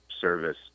service